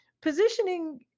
positioning